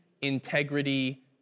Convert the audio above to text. integrity